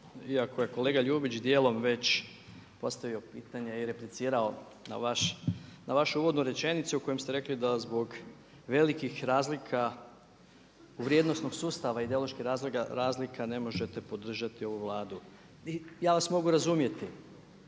iako je kolega Ljubić djelom već postavio pitanje i replicirao na vašu uvodnu rečenicu u kojoj ste rekli da zbog velikih razlika vrijednosnog sustav i ideoloških razlika ne možete podržati ovu Vladu. Ja vas mogu razumjeti.